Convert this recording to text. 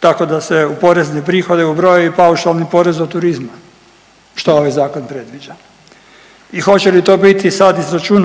tako da se u porezne prihode ubroji i paušalni porez od turizma šta ovaj zakon predviđa. I hoće li to biti sad